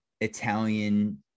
Italian